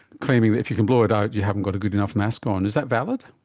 claiming that if you can blow it out you haven't got a good enough mask on. is that valid?